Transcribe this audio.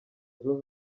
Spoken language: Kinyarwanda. zunze